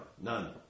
None